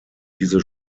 diese